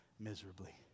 miserably